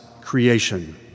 creation